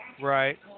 Right